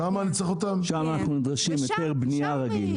שם נדרש היתר בנייה רגיל.